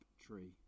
tree